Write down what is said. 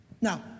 Now